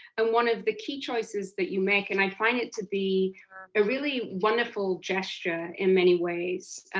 and one of the key choices that you make, and i find it to be a really wonderful gesture in many ways,